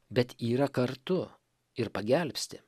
bet yra kartu ir pagelbsti